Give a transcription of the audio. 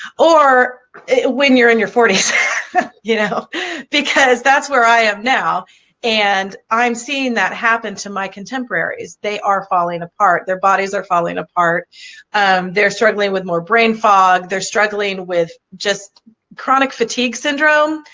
or when you're in your forty s you know because that's where i am now and i'm seeing that happen to my contemporaries they are falling apart, their bodies are falling apart they're struggling with more brain fog, they're struggling with just chronic fatigue syndrome,